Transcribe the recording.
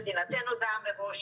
שתינתן הודעה מראש,